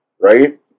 Right